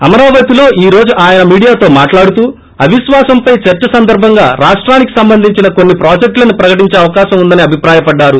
అమరావతిలో ఈ రోజు ఆయన మీడియాతో మాట్లాడుతూ అవిశ్వాసంపై చర్చ సందర్బంగా రాప్రానికి సంబంధించిన కొన్ని ప్రాజెక్టులను ప్రకటించే అవకాశం ఉందని అభిప్రాయపడ్డారు